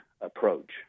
approach